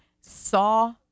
saw